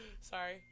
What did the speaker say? Sorry